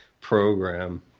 program